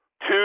two